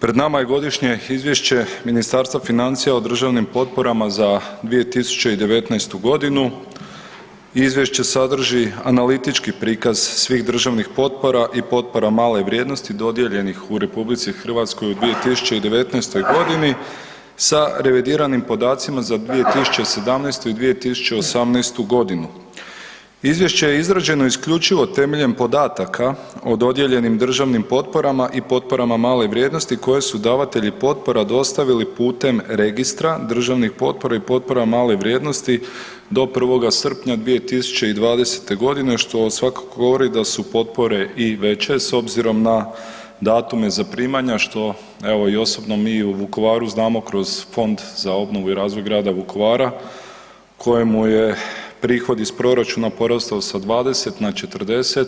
Pred nama je Godišnje izvješće Ministarstva financija o državnim potporama za 2019.g. izvješće sadrži analitički prikaz svih državnih potpora i potpora male vrijednosti dodijeljenih u RH u 2019.g. sa revidiranim podacima za 2017.i 2018.g. Izvješće je izrađeno isključivo temeljem podataka o dodijeljenim državnim potporama i potporama male vrijednosti koje su davatelji potpora dostavili putem Registra državnih potpora i potpora male vrijednosti do 1. srpnja 2020.g. što svakako govori da su potpore i veće s obzirom na datume zaprimanja, što i osobno mi u Vukovaru znamo kroz Fond za obnovu i razvoj Grada Vukovara kojemu je prihod iz proračuna porastao sa 20 na 40